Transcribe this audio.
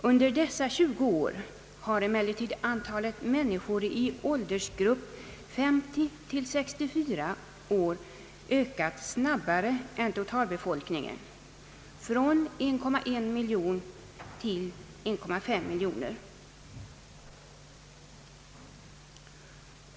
Under dessa 20 år har emellertid antalet människor i åldersgruppen 50—64 år ökat snabbare än totalbefolkningen, nämligen från 1,1 miljoner till 1,5 miljoner.